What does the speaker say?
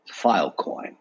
Filecoin